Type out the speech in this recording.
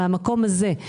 מהמקום הזה.